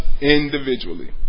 individually